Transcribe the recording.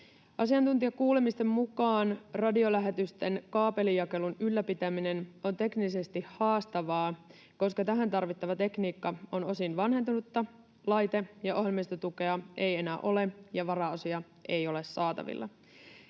Asiantuntijakuulemisten mukaan radiolähetysten kaapelijakelun ylläpitäminen on teknisesti haastavaa, koska tähän tarvittava tekniikka on osin vanhentunutta, laite- ja ohjelmistotukea ei enää ole ja varaosia ei ole saatavilla.